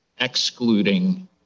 excluding